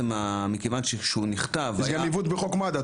בגלל שכשהוא נכתב --- יש גם עיוות בחוק מד"א,